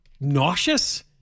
nauseous